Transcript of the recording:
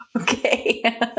okay